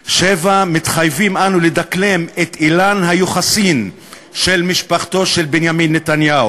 7. מתחייבים אנו לדקלם את אילן היוחסין של משפחתו של בנימין נתניהו.